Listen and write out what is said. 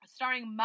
Starring